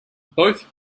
both